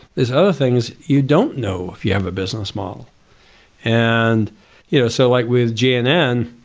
there's other things you don't know if you have a business model and you know so like with gnn,